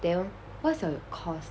then what's your course now